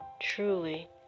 truly